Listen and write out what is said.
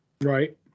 Right